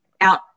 out